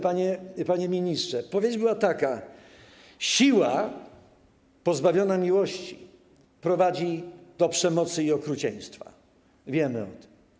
Panie ministrze, odpowiedź była taka: siła pozbawiona miłości prowadzi do przemocy i okrucieństwa, wiemy o tym.